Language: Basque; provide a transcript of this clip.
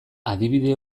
adibide